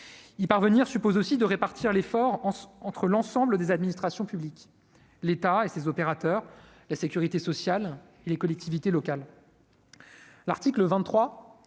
y parvenir suppose aussi de répartir l'effort entre l'ensemble des administrations publiques, l'État et ses opérateurs, la sécurité sociale et les collectivités locales, l'article 23